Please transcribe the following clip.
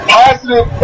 positive